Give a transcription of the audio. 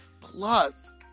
plus